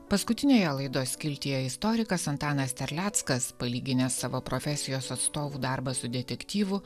paskutinėje laidos skiltyje istorikas antanas terleckas palyginęs savo profesijos atstovų darbą su detektyvu